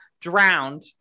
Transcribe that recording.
drowned